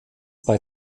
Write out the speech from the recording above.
bei